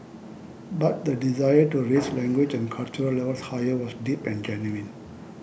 but the desire to raise language and cultural levels higher was deep and genuine